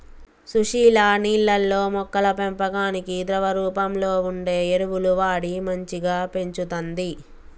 సుశీల నీళ్లల్లో మొక్కల పెంపకానికి ద్రవ రూపంలో వుండే ఎరువులు వాడి మంచిగ పెంచుతంది